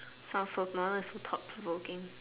sounds so uh so thought provoking